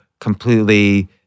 completely